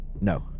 No